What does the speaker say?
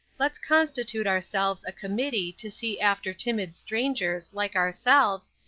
let's constitute ourselves a committee to see after timid strangers, like ourselves,